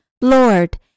Lord